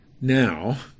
Now